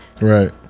right